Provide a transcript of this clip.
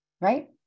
right